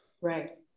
Right